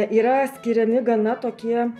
yra skiriami gana tokie